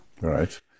Right